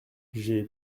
j’ai